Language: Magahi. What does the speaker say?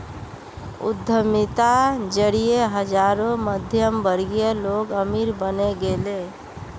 उद्यमिता जरिए हजारों मध्यमवर्गीय लोग अमीर बने गेले